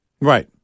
Right